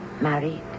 Married